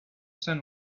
sun